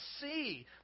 see